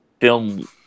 film